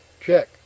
Check